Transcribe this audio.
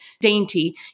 dainty